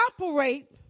operate